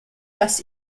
was